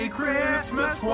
Christmas